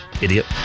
Idiot